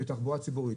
בתחבורה ציבורית